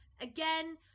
Again